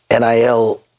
NIL